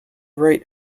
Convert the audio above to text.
right